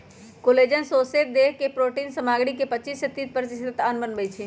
collagen सौसे देह के प्रोटिन सामग्री के पचिस से तीस प्रतिशत अंश बनबइ छइ